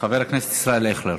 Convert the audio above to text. חבר הכנסת ישראל אייכלר.